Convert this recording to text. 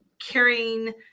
carrying